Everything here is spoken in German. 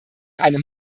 einem